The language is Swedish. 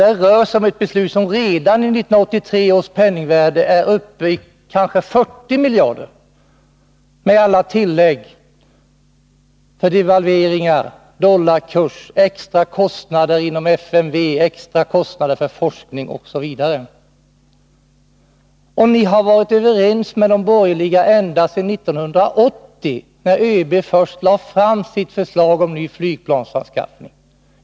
Det rör sig om ett beslut som redan i 1983 års penningvärde är uppe i kanske 40 miljarder kronor med alla tillägg för devalveringar, dollarkurs, extra kostnader inom FMV, extra kostnader för forskning osv. Ni har varit överens med de borgerliga ända sedan 1980, då ÖB först lade fram sitt förslag om ny flygplansanskaffning.